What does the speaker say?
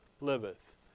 Liveth